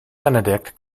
benedict